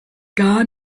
gar